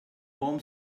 warm